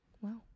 Wow